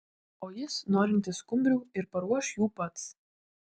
o jis norintis skumbrių ir paruoš jų pats